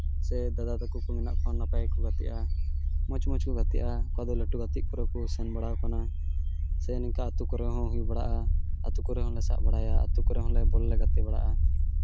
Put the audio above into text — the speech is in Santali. ᱥᱮ ᱫᱟᱫᱟ ᱛᱟᱠᱚ ᱠᱚ ᱢᱮᱱᱟᱜ ᱠᱚᱣᱟ ᱱᱟᱯᱟᱭ ᱠᱚ ᱜᱟᱛᱮᱜᱼᱟ ᱢᱚᱡᱽ ᱢᱚᱡᱽ ᱠᱚ ᱜᱟᱛᱮᱜᱼᱟ ᱚᱠᱟ ᱫᱚ ᱞᱟᱹᱴᱩ ᱜᱟᱛᱮ ᱠᱚᱨᱮ ᱠᱚ ᱥᱮᱱ ᱵᱟᱲᱟᱣ ᱠᱟᱱᱟ ᱥᱮ ᱱᱤᱝᱠᱟ ᱟᱛᱳ ᱠᱚᱨᱮᱜ ᱦᱚᱸ ᱦᱩᱭ ᱵᱟᱲᱟᱜᱼᱟ ᱟᱛᱳ ᱠᱚᱨᱮᱜ ᱦᱚᱸᱞᱮ ᱥᱟᱵ ᱵᱟᱲᱟᱭᱟ ᱟᱛᱳ ᱠᱚᱨᱮᱜ ᱦᱚᱸ ᱵᱚᱞ ᱞᱮ ᱜᱟᱛᱮ ᱵᱟᱲᱟᱜᱼᱟ